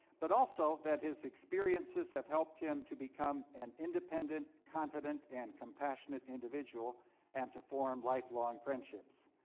but also that his experiences have helped him to become an independent, confident and compassionate individual and to form lifelong friendships.